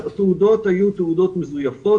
התעודות היו תעודות מזויפות,